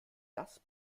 das